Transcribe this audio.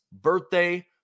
birthday